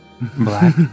Black